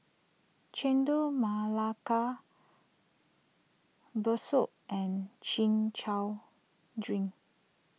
Chendol Melaka Bakso and Chin Chow Drink